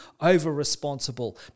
over-responsible